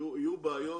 יהיו בעיות